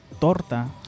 torta